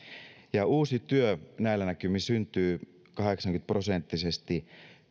uusi työ näillä näkymin syntyy kahdeksankymmentä prosenttisesti